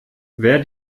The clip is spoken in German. wer